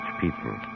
people